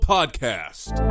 Podcast